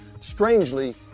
Strangely